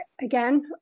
again